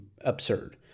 absurd